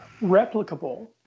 replicable